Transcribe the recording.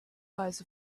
eyes